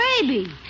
baby